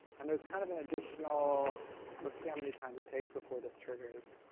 and there's kind of an additional let's see how many times it takes before this triggers.